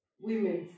women